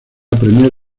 premier